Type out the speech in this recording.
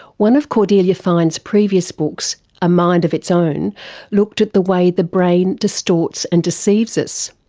one of cordelia fine's previous books a mind of its own looked at the way the brain distorts and deceives us.